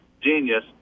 genius